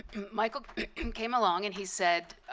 michael and came along and he said,